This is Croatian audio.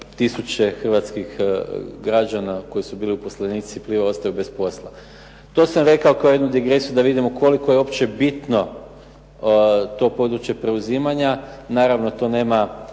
tisuće hrvatskih građana koji su bili uposlenici "Plive" ostaju bez posla. To sam rekao kao jednu digresiju da vidimo koliko je uopće bitno to područje preuzimanja, naravno to nema